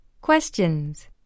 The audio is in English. Questions